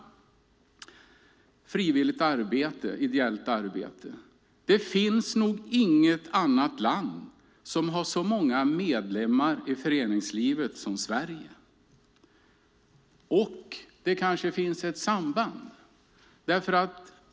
Fru talman! Det finns nog inget annat land som har så många medlemmar i föreningslivet som Sverige. Det kanske finns ett samband.